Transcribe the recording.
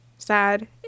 sad